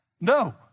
No